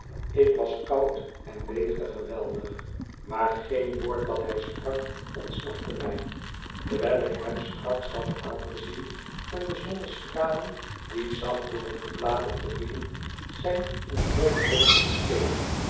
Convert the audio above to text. ik was koud en beefde geweldig maar geen woord dat hij sprak ontsnapte mij terwijl ik hem strak zat aan te zien en de zonnestralen die zacht door het gebladerte vielen zijn ontbloot hoofd beschenen